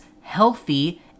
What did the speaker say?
healthy